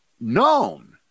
known